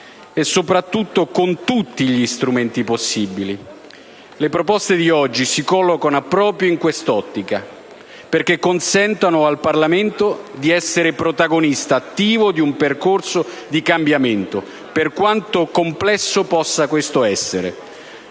e soprattutto con tutti gli strumenti possibili. Le proposte di oggi si collocano proprio in quest'ottica, perché consentono al Parlamento di essere protagonista attivo di un percorso di cambiamento, per quanto complesso possa essere.